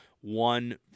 one